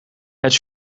het